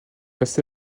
passé